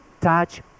touch